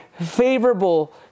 favorable